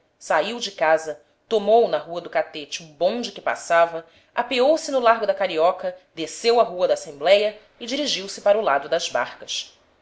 saiu de casa tomou na rua do catete um bonde que passava apeou-se no largo da carioca desceu a rua da assembléia e dirigiu-se para o lado das barcas